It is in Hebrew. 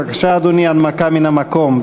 בבקשה, אדוני, הנמקה מהמקום.